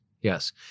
Yes